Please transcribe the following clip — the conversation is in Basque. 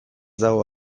dago